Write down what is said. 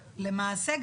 למעשה,